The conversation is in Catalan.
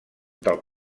del